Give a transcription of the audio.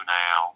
now